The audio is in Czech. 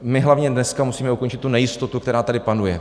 My hlavně dneska musíme ukončit tu nejistotu, která tady panuje.